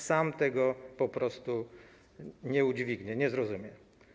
Sam tego po prostu nie udźwignie, nie zrozumie.